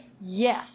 yes